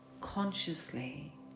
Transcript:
consciously